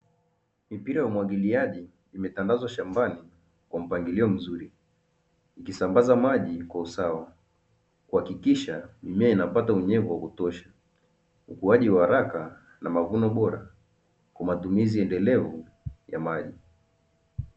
Mipira ya umwagiliaji imetandazwa shambani kwa mpangilio mzuri, ikisambaza maji kwa usawa, ukihakikisha mimea inapata unyevu wa kutosha. Ukuaji wa haraka na mavuno bora kwa matumizi endelevu ya maji.